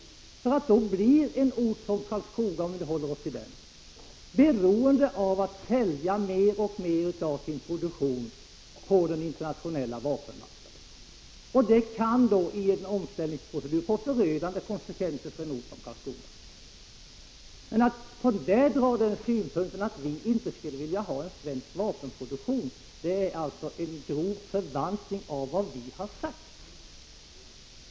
Då blir nämligen en ort som Karlskoga, om vi nu skall hålla oss till den, beroende av att man säljer mer och mer av sin produktion på den internationella vapenmarknaden. Det kan i en omställningsprocess få förödande konsekvenser för en ort som Karlskoga. Men att därav dra slutsatsen att vi inte skulle vilja ha en svensk vapenproduktion är en grov förvanskning av vad vi har sagt.